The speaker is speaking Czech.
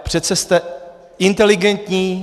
Přece jste inteligentní.